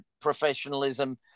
professionalism